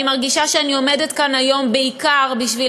אני מרגישה שאני עומדת כאן היום בעיקר בשביל